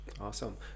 awesome